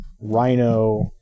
Rhino